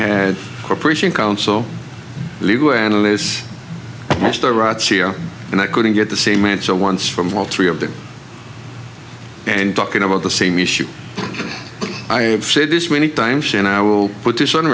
had corporation counsel legal analysts and i couldn't get the same answer once from all three of them and talking about the same issue i have said this many times and i will put this on